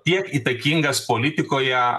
kiek įtakingas politikoje